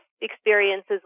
experiences